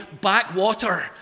backwater